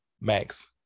max